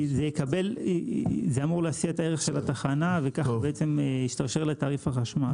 זה אמור להשיא את הערך של התחנה וכך בעצם ישתרשר לתעריף החשמל.